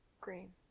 Green